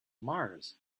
mars